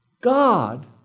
God